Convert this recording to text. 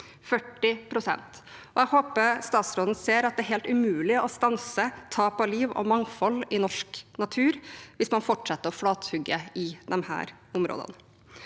40 pst. Jeg håper statsråden ser at det er helt umulig å stanse tap av liv og mangfold i norsk natur hvis man fortsetter å flatehogge i disse områdene.